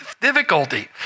difficulty